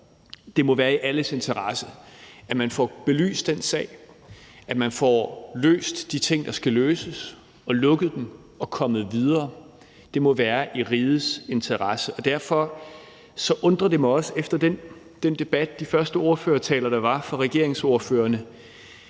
Det må være i alles interesse, at man får belyst den sag, at man får løst de ting, der skal løses, og lukket dem og kommer videre. Det må være i rigets interesse. Derfor undrer det mig også efter den debat og de første ordførertaler fra regeringsordførerne,